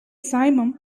simum